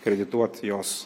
kredituot jos